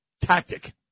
tactic